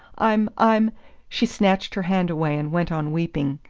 i'm i'm she snatched her hand away, and went on weeping.